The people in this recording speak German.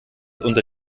unter